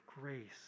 grace